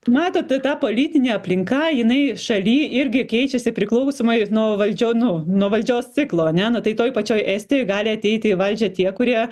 matot t ta politinė aplinka jinai šaly irgi keičiasi priklausomai nuo valdžio nu nuo valdžios ciklo ane nu tai toj pačioj estijoj gali ateit į valdžią tie kurie